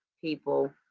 people